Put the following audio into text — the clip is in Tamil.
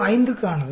05 க்கு ஆனது